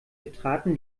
betraten